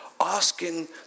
Asking